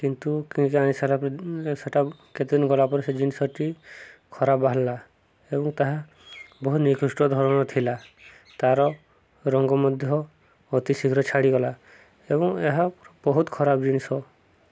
କିନ୍ତୁ କିଣିକି ଆଣିସାରିଲା ପରେ ସେଟା କେତେଦିନ ଗଲା ପରେ ସେ ଜିନିଷଟି ଖରାପ ବାହାରିଲା ଏବଂ ତାହା ବହୁତ ନିକୃଷ୍ଟ ଧରଣର ଥିଲା ତାର ରଙ୍ଗ ମଧ୍ୟ ଅତି ଶୀଘ୍ର ଛାଡ଼ିଗଲା ଏବଂ ଏହା ବହୁତ ଖରାପ ଜିନିଷ